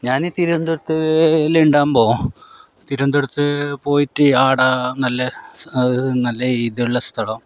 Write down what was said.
ഞാൻ തിരുവനന്തപുരത്തിൽ ഉണ്ടാകുമ്പോൾ തിരുവനന്തപുരത്തു പോയിട്ട് ആട നല്ല നല്ല ഇതുള്ള സ്ഥലം